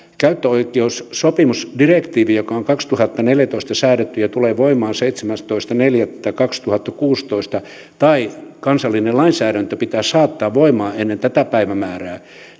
käyttöoikeussopimusdirektiivi joka on kaksituhattaneljätoista säädetty ja tulee voimaan seitsemästoista neljättä kaksituhattakuusitoista tai kansallinen lainsäädäntö pitää saattaa voimaan ennen tätä päivämäärää